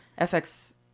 FX